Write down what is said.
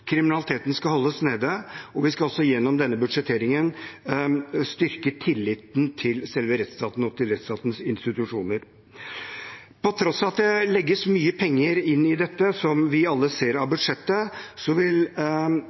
kriminaliteten skal holdes nede, og vi skal også gjennom denne budsjetteringen styrke tilliten til selve rettsstaten og til rettsstatens institusjoner. På tross av at det legges mye penger inn i dette, som vi alle ser av budsjettet, vil